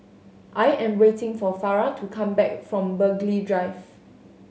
i am waiting for Farrah to come back from Burghley Drive